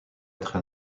être